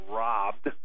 robbed